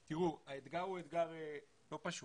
תראו, האתגר הוא אתגר לא פשוט.